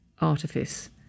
artifice